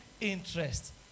interest